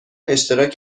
اشتراک